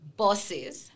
bosses